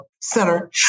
center